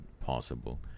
possible